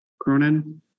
Cronin